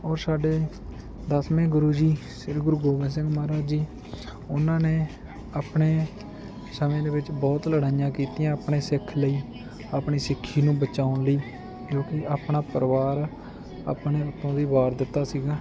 ਔਰ ਸਾਡੇ ਦਸਵੇਂ ਗੁਰੂ ਜੀ ਸ੍ਰੀ ਗੁਰੂ ਗੋਬਿੰਦ ਸਿੰਘ ਮਹਾਰਾਜ ਜੀ ਉਹਨਾਂ ਨੇ ਆਪਣੇ ਸਮੇਂ ਦੇ ਵਿੱਚ ਬਹੁਤ ਲੜਾਈਆਂ ਕੀਤੀਆਂ ਆਪਣੇ ਸਿੱਖ ਲਈ ਆਪਣੀ ਸਿੱਖੀ ਨੂੰ ਬਚਾਉਣ ਲਈ ਜੋ ਕਿ ਆਪਣਾ ਪਰਿਵਾਰ ਆਪਣੇ ਉਤੋਂ ਦੀ ਵਾਰ ਦਿੱਤਾ ਸੀਗਾ